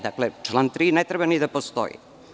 Dakle, član 3. ne treba ni da postoji.